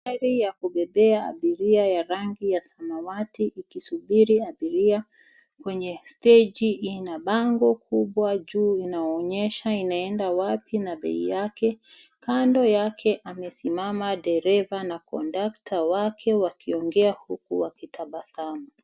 Magari ya kubebea abiria ya rangi ya samawati ikisubiri abiria kwenye steji. Ina bango kubwa juu inaonyesha inaenda wapi na bei yake. Kando yake amesimama dereva na kondakta wake wakiongea huku wakitabasamu.